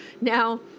Now